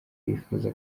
bifuza